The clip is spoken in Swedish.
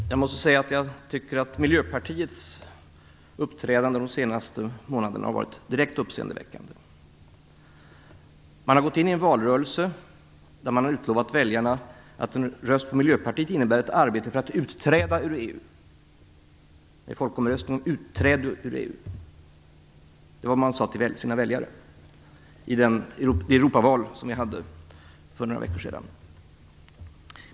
Herr talman! Jag måste säga att jag tycker att Miljöpartiets uppträdande de senaste månaderna har varit direkt uppseendeväckande. Man har gått in i en valrörelse där man har utlovat väljarna att en röst på Miljöpartiet innebär ett arbete för ett utträde ur EU och en folkomröstning om utträde. Det var vad man sade till väljarna i det Europaval som vi hade för några veckor sedan.